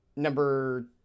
Number